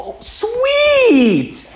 sweet